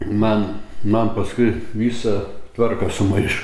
man man paskui visą tvarką sumaiš